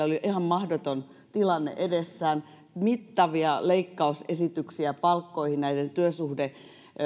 oli ihan mahdoton tilanne edessään mittavia leikkausesityksiä palkkoihin näiden työsuhde